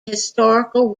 historical